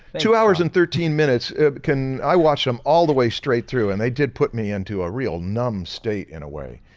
two hours and thirteen minutes can i watch them all the way straight through and they did put me into a real numb state in a way.